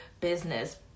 business